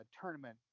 tournament